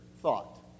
thought